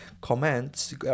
comments